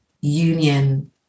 union